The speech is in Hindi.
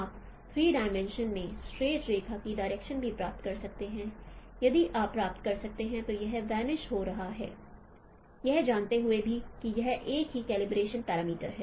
आप थ्री डायमेंशन में स्ट्रेट रेखा की डायरेक्शन भी प्राप्त कर सकते हैं यदि आप प्राप्त कर सकते हैं तो यह वनिश हो रहा है यह जानते हुए भी कि यह एक ही कलीब्रेशन पैरामीटर है